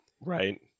Right